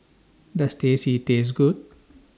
Does Teh C Taste Good